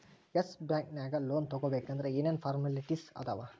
S Bank ನ್ಯಾಗ್ loan ತಗೊಬೇಕಂದ್ರ ಏನೇನ್ ಫಾರ್ಮ್ಯಾಲಿಟಿಸ್ ಅದಾವ?